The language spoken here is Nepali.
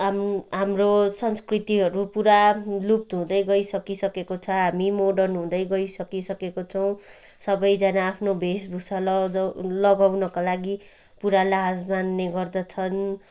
हाम हाम्रो संस्कृतिहरू पुरा लुप्त हुँदै गइसकिसकेको छ हामी मोर्डन हुँदै गइसकिसकेको छौँ सबैजना आफ्नो वेशभूषा लजाउ लगाउनको लागि पुरा लाज मान्ने गर्दछन्